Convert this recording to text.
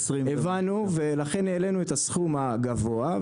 הבנו, ולכן העלינו את הסכום הגבוה.